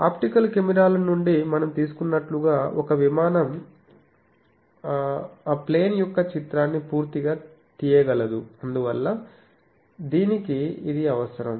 optical కెమెరాల నుండి మనం తీసుకున్నట్లుగా ఒక విమానం ఆ విమానం యొక్క చిత్రాన్ని పూర్తిగా తీయగలదు అందువల్ల దీనికి ఇది అవసరం